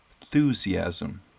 enthusiasm